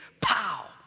pow